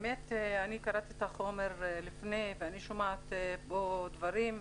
האמת שאני קראתי את החומר לפני ואני שומעת פה דברים,